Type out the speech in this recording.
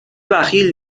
بخیل